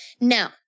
Now